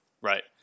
Right